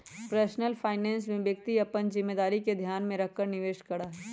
personal finance में व्यक्ति अपन जिम्मेदारी के ध्यान में रखकर निवेश करा हई